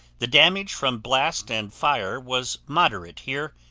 the damage from blast and fire was moderate here,